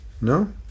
No